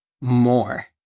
more